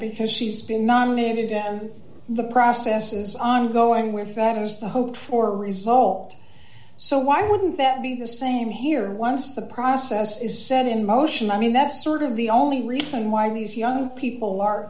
because she's been nominated and the process is ongoing with that is the hope for result so why wouldn't that be the same here once the process is set in motion i mean that's sort of the only reason why these young people are